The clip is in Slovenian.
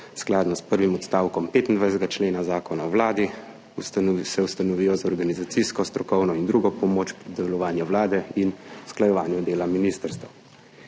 skladu s prvim odstavkom 25. člena Zakona o vladi ustanovijo za organizacijsko, strokovno in drugo pomoč pri delovanju Vlade in usklajevanju dela ministrstev.